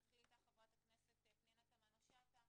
נתחיל איתך, חברת הכנסת פנינה תמנו-שטה.